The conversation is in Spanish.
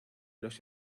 los